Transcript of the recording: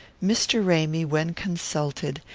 mr. ramy, when consulted,